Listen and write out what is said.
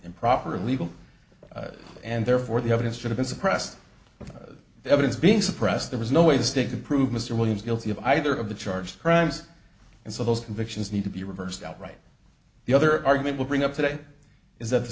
improper illegal and therefore the evidence should have been suppressed without evidence being suppressed there was no way to stick to prove mr williams guilty of either of the charge crimes and so those convictions need to be reversed outright the other argument will bring up today is that the